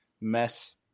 mess